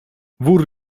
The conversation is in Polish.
wór